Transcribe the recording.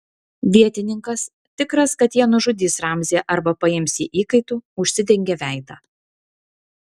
vietininkas tikras kad jie nužudys ramzį arba paims jį įkaitu užsidengė veidą